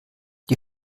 die